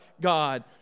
God